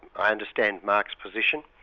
i understand mark's position,